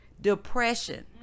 depression